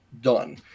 done